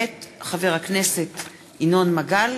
מאת חבר הכנסת אלעזר